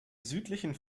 südlichen